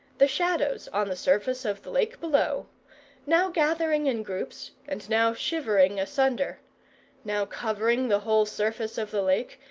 the shadows on the surface of the lake below now gathering in groups, and now shivering asunder now covering the whole surface of the lake,